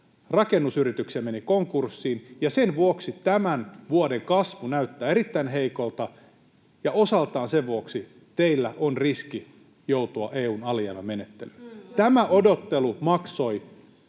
rakennusyrityksiä meni konkurssiin, ja sen vuoksi tämän vuoden kasvu näyttää erittäin heikolta, ja osaltaan sen vuoksi teillä on riski joutua EU:n alijäämämenettelyyn. [Eveliina